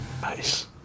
Nice